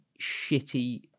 shitty